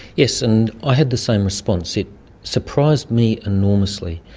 yes, and i had the same response, it surprised me enormously.